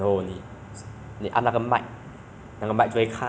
then another camera will 开 and 每个人看的看了到你了